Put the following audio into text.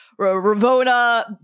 Ravona